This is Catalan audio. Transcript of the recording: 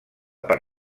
per